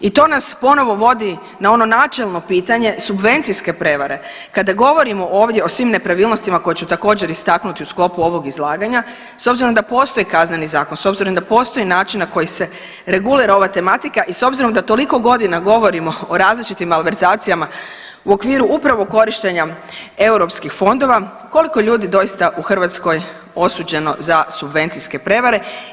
I to nas ponovo vodi na ono načelno pitanje subvencijske prevare kada govorimo ovdje o svim nepravilnostima koje ću također istaknuti u sklopu ovog izlaganja s obzirom da postoji Kazneni zakon, s obzirom da postoji način na koji se regulira ova tematika i s obzirom da toliko godina govorimo o različitim malverzacijama u okviru upravo korištenja europskih fondova koliko ljudi doista u Hrvatskoj osuđeno za subvencijske prevare.